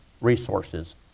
resources